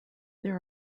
there